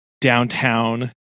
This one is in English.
downtown